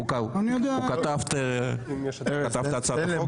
הוא כתב את הצעת החוק?